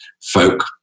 folk